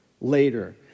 later